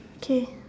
okay